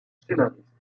scénariste